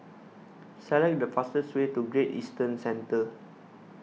select the fastest way to Great Eastern Centre